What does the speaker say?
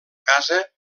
casa